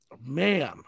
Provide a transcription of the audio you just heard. Man